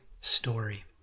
story